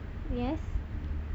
yes